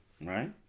Right